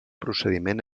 procediment